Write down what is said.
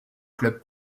club